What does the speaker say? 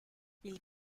ils